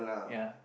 ya